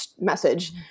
message